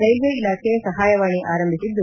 railway ಇಲಾಖೆ ಸಹಾಯವಾಣಿ ಆರಂಭಿಸಿದೆ